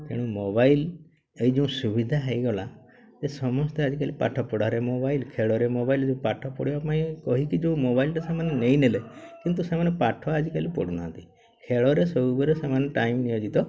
mobile ଏଇ ଯୋଉ ସୁବିଧା ହେଇଗଲା ଯେ ସମସ୍ତେ ଆଜିକାଲି ପାଠ ପଢ଼ାରେ ମୋବାଇଲ୍ ଖେଳରେ ମୋବାଇଲ୍ ଯୋଉ ପାଠ ପଢ଼ିବା ପାଇଁ କହିକି ଯୋଉ ମୋବାଇଲ୍ଟା ସେମାନେ ନେଇ ନେଲେ କିନ୍ତୁ ସେମାନେ ପାଠ ଆଜିକାଲି ପଢ଼ୁନାହାନ୍ତି ଖେଳରେ ସବୁବେଳେ ସେମାନେ ଟାଇମ୍ ନିୟୋଜିତ